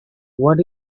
what